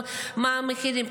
מה המחירים,